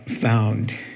found